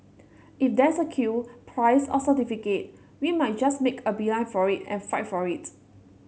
if there's a queue prize or certificate we might just make a beeline for it and fight for it